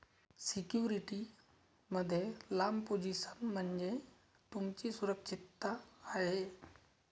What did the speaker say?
security मध्ये लांब position म्हणजे तुमची सुरक्षितता आहे